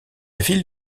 ville